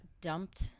dumped